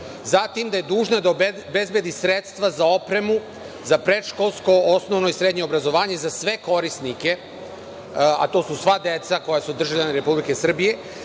Zatim, da je dužna da obezbedi sredstva za opremu za predškolsko, osnovno i srednje obrazovanje za sve korisnike, a to su sva deca koja su državljani Republike Srbije